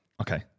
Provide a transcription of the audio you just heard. okay